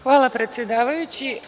Hvala predsedavajući.